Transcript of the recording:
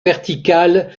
verticale